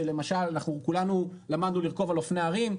אנחנו כולנו למדנו לרכוב על אופני הרים,